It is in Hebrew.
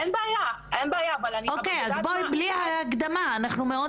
אין בעיה, אבל אני מסבירה.